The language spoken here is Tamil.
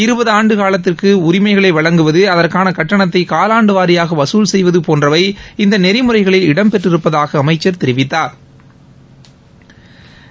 இருபது ஆண்டுகாலத்திற்கு உரிமங்களை வழங்குவது அதற்கான கட்டணத்தை காலாண்டுவாரியாக வகுல் செய்வது போன்றவை இந்த நெறிமுறைகளில் இடம் பெற்றிருப்பதாக அமைச்சா் தெரிவித்தாா்